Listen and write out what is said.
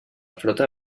flota